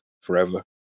forever